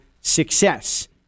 success